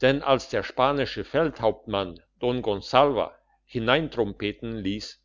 denn als der spanische feldhauptmann don gonsalva hineintrompeten liess